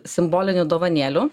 simbolinių dovanėlių